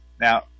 now